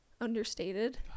understated